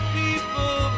people